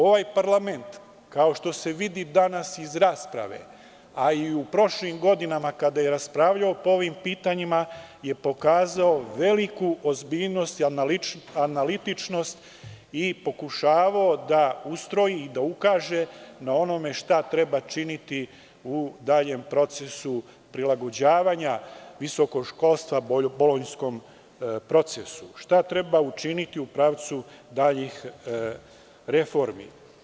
Ovaj parlament, kao što se vidi danas iz rasprave, a i u prošlim godinama, kada je raspravljao po ovim pitanjima, je pokazao veliku ozbiljnost i analitičnost i pokušavao da ustroji i da ukaže na onome šta treba činiti u daljem procesu prilagođavanja visokog školstva bolonjskom procesu, šta treba učiniti u procesu daljih reformi.